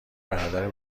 برادر